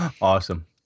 Awesome